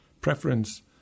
preference